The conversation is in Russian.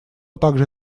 также